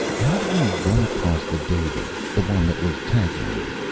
how did you run across the david? the one that was tagging you.